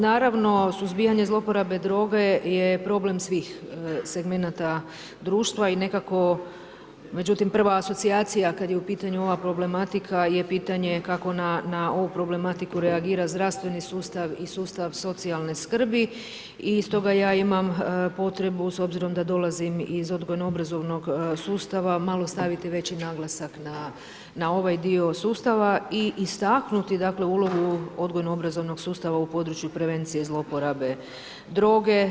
Naravno suzbijanje zloporabe droge je problem svih segmenata društva i nekako međutim prva asocijacija kad je u pitanju ova problematika je pitanje kako na ovu problematiku reagira zdravstveni sustav i sustav socijalne skrbi i stoga ja imam potrebu s obzirom da dolazim iz odgojno-obrazovnog sustava, malo staviti veći naglasak na ovaj dio sustava i istaknuti dakle ulogu odgojno-obrazovnog sustava u području prevencije zloporabe droge.